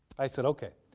i said okay,